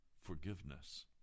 forgiveness